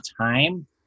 time